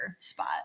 spot